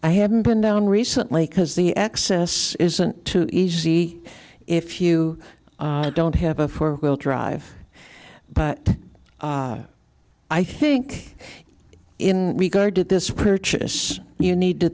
i haven't been down recently because the access isn't too easy if you don't have a four wheel drive but i think in regard to this purchase you need to